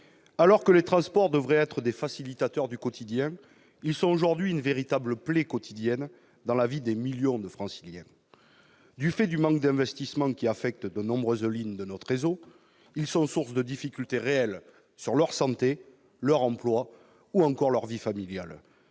alors que les transports devraient être des facilitateurs du quotidien, ils sont aujourd'hui une véritable plaie dans la vie de millions de Franciliens ; du fait du manque d'investissements affectant de nombreuses lignes de notre réseau, ils sont source de difficultés réelles pour leur santé, leur emploi ou leur vie familiale.